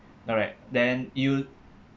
correct then you